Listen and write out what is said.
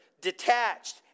Detached